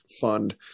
fund